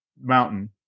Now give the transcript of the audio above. mountain